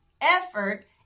effort